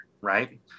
right